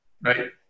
right